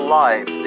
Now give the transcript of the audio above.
life